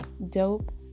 dope